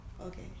Okay